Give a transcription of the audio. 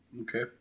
Okay